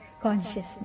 consciousness